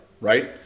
right